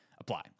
apply